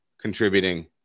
contributing